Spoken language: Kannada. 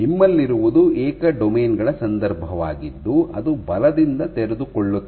ನಿಮ್ಮಲ್ಲಿರುವುದು ಏಕ ಡೊಮೇನ್ ಗಳ ಸಂದರ್ಭವಾಗಿದ್ದು ಅದು ಬಲದಿಂದ ತೆರೆದುಕೊಳ್ಳುತ್ತದೆ